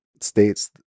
states